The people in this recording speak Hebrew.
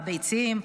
הביצים,